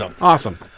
Awesome